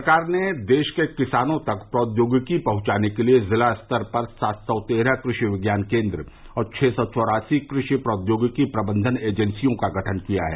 सरकार ने देश के किसानों तक प्रौद्योगिकी पहुंचाने के लिए जिला स्तर पर सात सौ तेरह कृषि विज्ञान केंद्र और छः सौ चौरासी कृषि प्रौद्योगिकी प्रबंधन एजेंसियों का गठन किया है